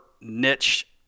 niche